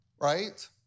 right